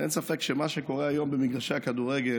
ואין ספק שמה שקורה היום במגרשי הכדורגל,